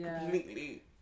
completely